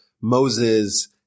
Moses